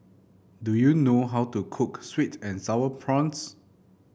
do you know how to cook sweet and sour prawns